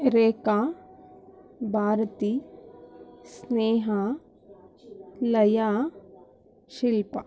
Rekha Bharati Sneha Laya Shilpa